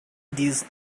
this